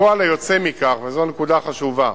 הפועל היוצא מכך, וזאת הנקודה החשובה,